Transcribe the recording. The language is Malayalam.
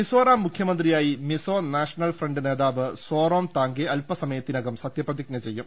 മിസോറാം മുഖ്യമന്ത്രിയായി മിസോ നാഷണൽ ഫ്രണ്ട് നേതാവ് സോറാം താങ്കെ അൽപസ്മയത്തിനകം സത്യപ്രതിജ്ഞ ചെയ്യും